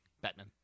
Batman